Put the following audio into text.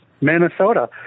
Minnesota